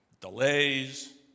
Delays